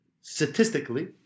statistically